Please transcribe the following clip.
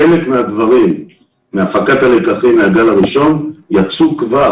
חלק מהפקת הלקחים מהגל הראשון יצאו כבר